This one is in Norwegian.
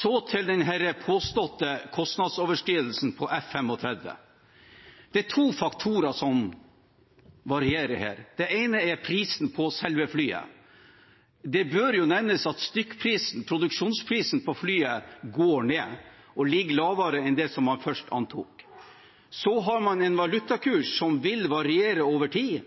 Så til den påståtte kostnadsoverskridelsen på F-35. Det er to faktorer som varierer her. Den ene er prisen på selve flyet. Det bør nevnes at produksjonsprisen på flyet går ned og ligger lavere enn det man først antok. Så har man en valutakurs som vil variere over tid.